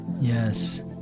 Yes